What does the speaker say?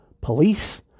police